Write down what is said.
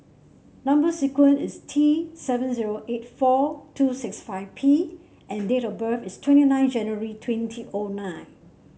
number sequence is T seven zero eight four two six five P and date of birth is twenty nine January twenty O nine